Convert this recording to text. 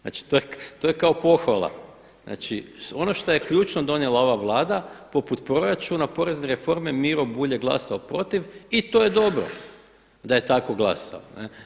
Znači, to je kao pohvala, znači, ono što je ključno donijela ova Vlada poput proračuna, porezne reforme Miro Bulj je glasao protiv i to je dobro da je tako glasao.